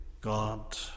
God